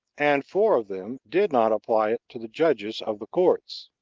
and four of them did not apply it to the judges of the courts.